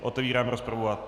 Otevírám rozpravu.